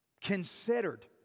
considered